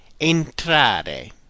Entrare